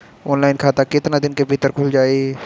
Online खाता केतना दिन के भीतर ख़ुल जाई?